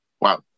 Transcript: wow